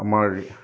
আমাৰ